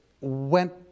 went